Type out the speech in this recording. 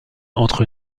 entre